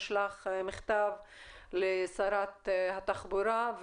נשלח מכתב לשרת התחבורה.